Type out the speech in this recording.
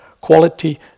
quality